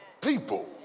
People